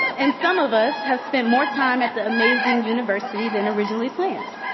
and some of us have spent more time at the amazing university than originally planned.